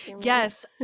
yes